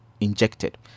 injected